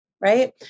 right